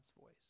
voice